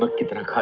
but given a